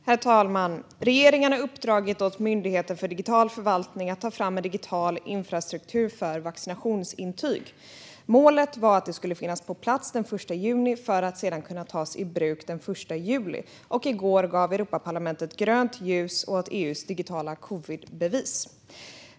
Herr talman! Regeringen har uppdragit åt Myndigheten för digital förvaltning att ta fram en digital infrastruktur för vaccinationsintyg. Målet var att det skulle finnas på plats den 1 juni för att sedan kunna tas i bruk den 1 juli. I går gav Europaparlamentet grönt ljus åt EU:s digitala covidbevis.